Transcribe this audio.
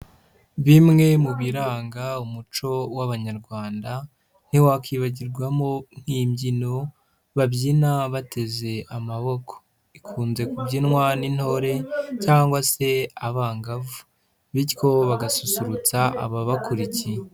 Bimwe mu biranga umuco w'Abanyarwanda, ntiwakwibagirwamo nk'imbyino, babyina bateze amaboko, ikunze kubyinywa n'intore cyangwa se abangavu, bityo bagasusurutsa ababakurikiye.